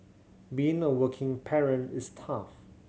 being a working parent is tough